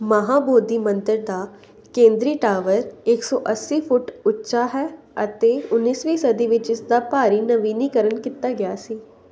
ਮਹਾਬੋਧੀ ਮੰਦਰ ਦਾ ਕੇਂਦਰੀ ਟਾਵਰ ਇੱਕ ਸੌ ਅੱਸੀ ਫੁੱਟ ਉੱਚਾ ਹੈ ਅਤੇ ਉੱਨੀਸਵੀਂ ਸਦੀ ਵਿੱਚ ਇਸ ਦਾ ਭਾਰੀ ਨਵੀਨੀਕਰਨ ਕੀਤਾ ਗਿਆ ਸੀ